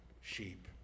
sheep